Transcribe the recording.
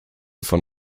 von